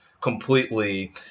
completely